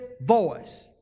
voice